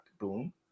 Boom